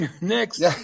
Next